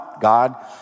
God